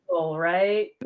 right